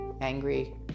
angry